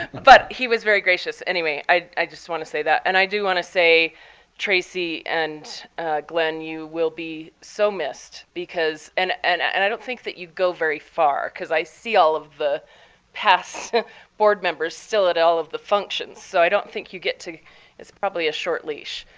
but he was very gracious. anyway, i i just wanted to say that. and i do want to say tracy and glenn, you will be so missed because and and and i don't think that you'd go very far because i see all of the past board members still at all of the functions. so i don't think you get to it's probably a short leash.